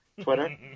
Twitter